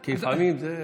כי לפעמים זה,